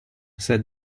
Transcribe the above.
said